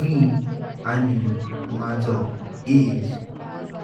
मी आणि माझो इष्ट